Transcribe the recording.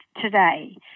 today